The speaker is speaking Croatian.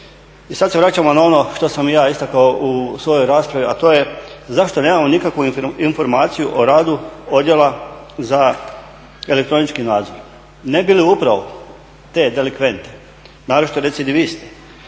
I sad se vraćamo na ono što sam i ja istakao u svojoj raspravi, a to je zašto nemamo nikakvu informaciju o radu odjela za elektronički nadzor. Ne bi li upravo te delikvente, naročito recidiviste